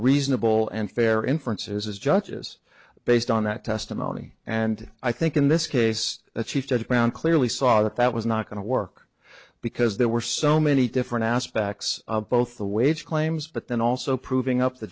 reasonable and fair inference is judges based on that testimony and i think in this case the chief judge brown clearly saw that that was not going to work because there were so many different aspects of both the wage claims but then also proving up the